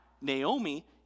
Naomi